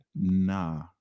Nah